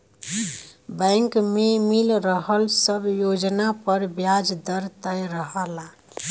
bank में मिल रहल सब योजना पर ब्याज दर तय रहला